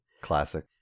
Classic